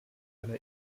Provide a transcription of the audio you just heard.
einer